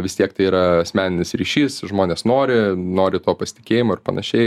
vis tiek tai yra asmeninis ryšys žmonės nori nori to pasitikėjimo ir panašiai